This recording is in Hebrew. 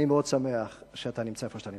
אני מאוד שמח שאתה נמצא פה.